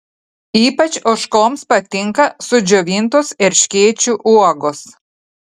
ypač ožkoms patinka sudžiovintos erškėčių uogos